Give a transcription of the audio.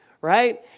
right